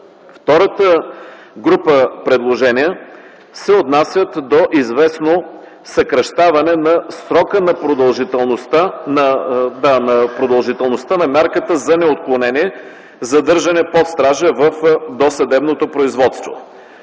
Втората група предложения се отнасят до известно съкращаване на срока, на продължителността на мярката за неотклонение „задържане под стража” в досъдебното производство.